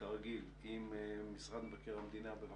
כרגיל עם משרד מבקר המדינה, בבקשה.